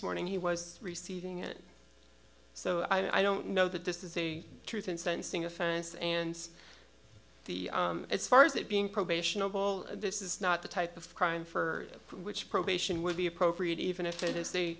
morning he was receiving it so i don't know that this is a truth in sentencing offense and the as far as it being probation of all this is not the type of crime for which probation would be appropriate even if it